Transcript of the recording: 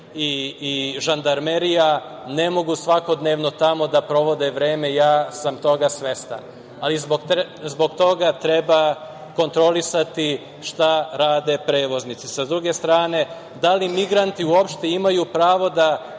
i žandarmerija ne mogu svakodnevno tamo da provode vreme, ja sam toga svestan, ali zbog toga treba kontrolisati šta rade prevoznici. S druge strane, da li migranti uopšte imaju pravo da